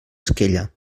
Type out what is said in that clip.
esquella